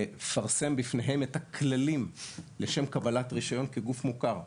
לפרסם בפניהם את הכללים לשם קבלת רישיון כגוף מוכר.